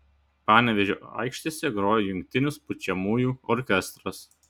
panevėžio aikštėse grojo jungtinis pučiamųjų orkestras